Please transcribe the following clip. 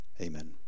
Amen